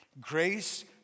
Grace